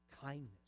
kindness